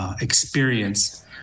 experience